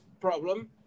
problem